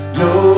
no